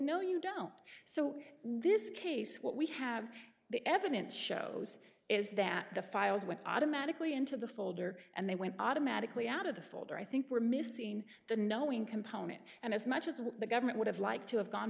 no you don't so this case what we have the evidence shows is that the files with automatically into the folder and they went automatically out of the folder i think we're missing the knowing component and as much as the government would have liked to have gone